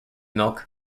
milk